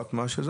תמורת מה שזה,